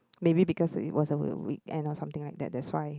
maybe because it was a w~ weekend or something like that that's why